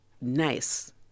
nice